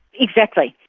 exactly.